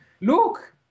look